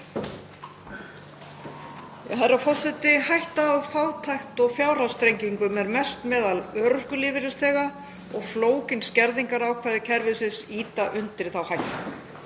Herra forseti. Hætta á fátækt og fjárhagsþrengingum er mest meðal örorkulífeyrisþega og flókin skerðingarákvæði kerfisins ýta undir þá hættu.